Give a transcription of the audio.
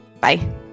Bye